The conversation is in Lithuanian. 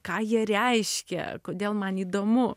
ką jie reiškia kodėl man įdomu